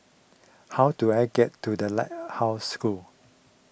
how do I get to the Lighthouse School